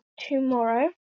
tomorrow